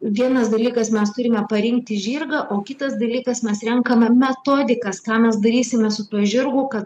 vienas dalykas mes turime parinkti žirgą o kitas dalykas mes renkame metodikas ką mes darysime su tuo žirgu kad